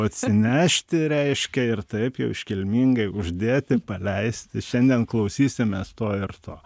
atsinešti reiškia ir taip jau iškilmingai uždėti paleisti šiandien klausysimės to ir to